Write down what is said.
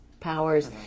powers